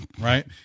right